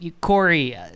Corey